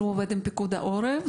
שעובד עם פיקוד העורף.